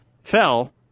fell